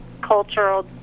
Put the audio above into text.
cultural